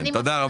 כן, תודה רבה.